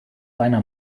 einer